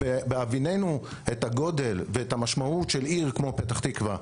בהביננו את הגודל ואת המשמעות של עיר כמו פתח-תקוה,